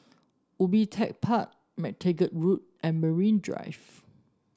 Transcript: Ubi Tech Park MacTaggart Road and Marine Drive